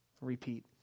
repeat